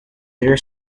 their